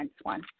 one